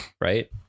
right